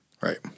Right